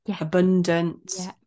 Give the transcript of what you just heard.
abundance